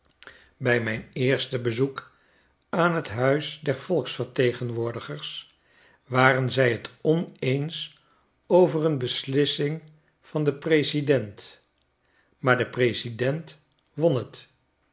bij mijn eerste bezoek aan t huis der volksvertegenwoordigers waren zij t oneens over een beslissing van den president maar de president won het